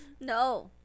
No